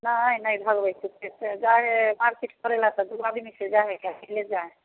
नहि नहि भगबै चुपके से जा हइ मार्केट करैलए तऽ दुइ आदमीसँ जा हइ कि अकेले जा हइ